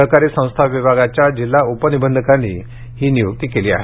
सहकारी संस्था विभागाच्या जिल्हा उपनिबंधकांनी ही नियुक्ती केली आहे